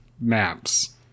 maps